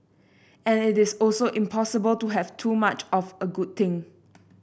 and it is also impossible to have too much of a good thing